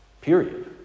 Period